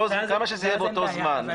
כמה שזה יהיה באותו זמן.